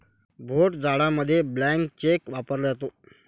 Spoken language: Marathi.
भोट जाडामध्ये ब्लँक चेक वापरला जातो